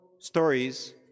stories